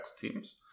Teams